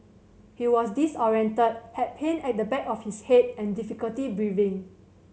he was disorientated had pain at the back of his head and difficulty breathing